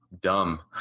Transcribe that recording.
dumb